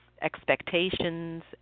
expectations